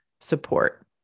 support